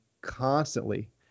constantly